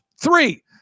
Three